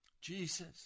Jesus